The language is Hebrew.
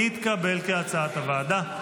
כהצעת הוועדה, התקבל.